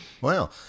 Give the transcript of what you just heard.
Wow